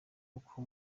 uko